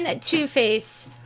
Two-Face